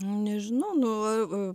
nu nežinau nu